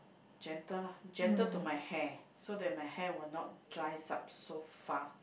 gentle lah gentle to my hair so that my hair will not drys up so fast